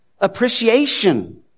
appreciation